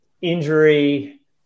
injury